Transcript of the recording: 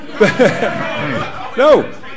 No